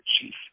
chief